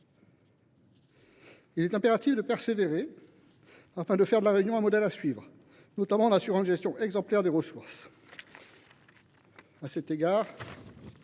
Il est impératif de persévérer, afin de faire de La Réunion un modèle à suivre, notamment en assurant une gestion exemplaire des ressources.